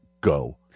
go